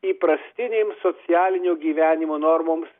įprastinėms socialinio gyvenimo normoms